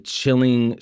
chilling